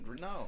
no